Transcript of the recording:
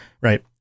Right